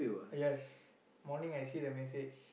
yes morning I see the message